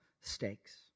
stakes